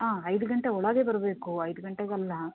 ಹಾಂ ಐದು ಗಂಟೆ ಒಳಗೇ ಬರಬೇಕು ಐದು ಗಂಟೆಗಲ್ಲ